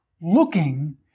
looking